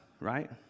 right